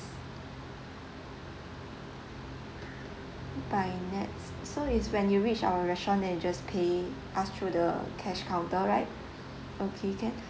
by nett so it's when you reach our restaurant then you just pay us through the cash counter right okay can